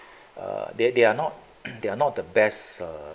uh they they are not they are not the best uh